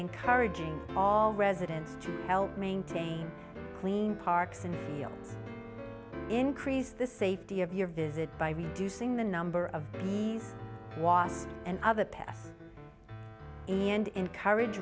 encouraging all residents to help maintain clean parks and increase the safety of your visit by reducing the number of bees was an other path and encourage